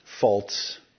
faults